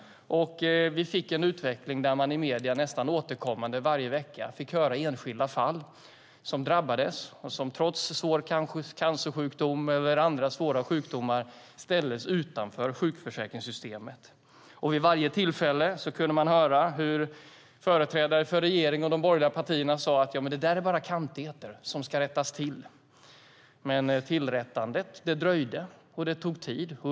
Vi fick en utveckling där man i medierna återkommande nästan varje vecka fick höra om enskilda fall som drabbades, som trots svår cancersjukdom eller andra svåra sjukdomar ställdes utanför sjukförsäkringssystemet. Vid varje tillfälle kunde man höra hur företrädare för regeringen och de borgerliga partierna sade att det där bara är kantigheter som ska rättas till. Men tillrättandet dröjde och det tog tid.